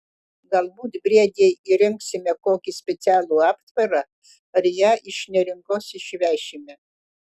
galbūt briedei įrengsime kokį specialų aptvarą ar ją iš neringos išvešime